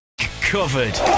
Covered